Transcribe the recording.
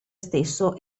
stesso